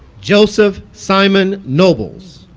joseph simeon nobles